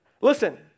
Listen